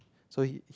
so HE